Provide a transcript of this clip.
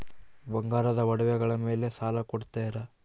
ಬಂಗಾರದ ಒಡವೆಗಳ ಮೇಲೆ ಸಾಲ ಕೊಡುತ್ತೇರಾ?